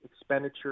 expenditure